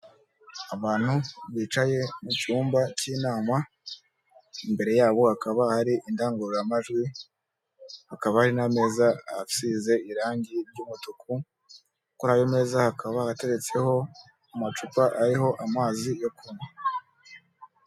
Abantu bicaye mu cyumba cy'inama, imbere yabo hakaba hari indangururamajwi, hakaba hari n'ameza asize irangi ry'umutuku, kuri ayo meza, hakaba hateretseho amacupa ariho amazi yo kunywa.